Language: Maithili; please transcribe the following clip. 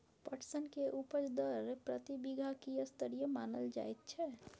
पटसन के उपज दर प्रति बीघा की स्तरीय मानल जायत छै?